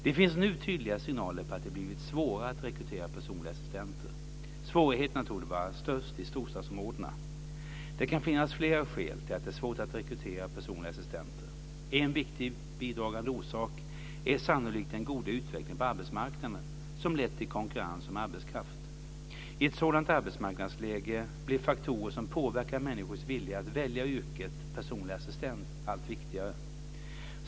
Det finns nu tydliga signaler om att det blivit svårare att rekrytera personliga assistenter. Svårigheterna torde vara störst i storstadsområdena. Det kan finnas flera skäl till att det är svårt att rekrytera personliga assistenter. En viktig bidragande orsak är sannolikt den goda utvecklingen på arbetsmarknaden, som lett till konkurrens om arbetskraft. I ett sådant arbetsmarknadsläge blir faktorer som påverkar människors vilja att välja yrket personlig assistent allt viktigare.